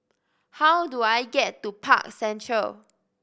how do I get to Park Central